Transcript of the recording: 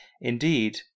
Indeed